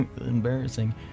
Embarrassing